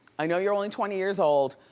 i know you're only twenty years old,